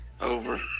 Over